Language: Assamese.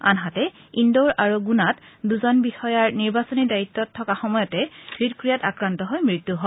আনহাতে ইণ্ড'ৰ আৰু গুণাত দুজন বিষয়াৰ নিৰ্বাচনী দায়িত্বত থকা সময়তে হৃদক্ৰিয়াত আক্ৰান্ত হৈ মৃত্যু হয়